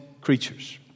creatures